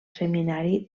seminari